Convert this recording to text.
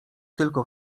tylko